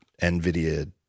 Nvidia